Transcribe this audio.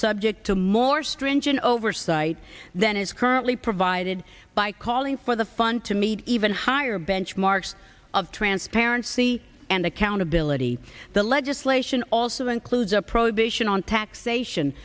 subject to more stringent oversight than is currently provided by calling for the fund to meet even higher benchmarks of transparency and accountability the legislation also includes a prohibition on taxation